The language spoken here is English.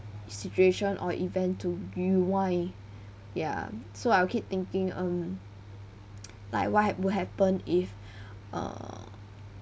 situation or event to rewind ya so I'll keep thinking um like what h~ would happen if err